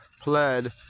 pled